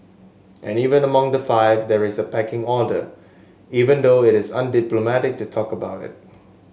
and even among the five there is a pecking order even though it is undiplomatic to talk about it